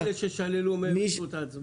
גם אלה ששללו מהם את זכות ההצבעה.